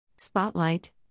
Spotlight